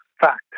fact